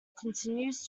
continues